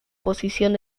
posición